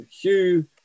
Hugh